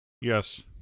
Yes